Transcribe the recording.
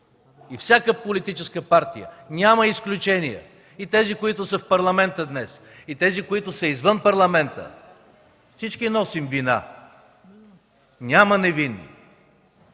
Всяка политическа партия, няма изключения – и тези, които са в Парламента днес, и тези извън Парламента, всички носим вина, няма невинни!